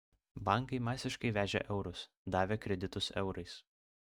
bankai masiškai vežė eurus davė kreditus eurais